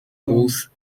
course